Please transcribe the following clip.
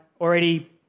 already